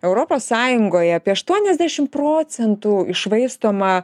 europos sąjungoje apie aštuoniasdešimt procentų iššvaistomą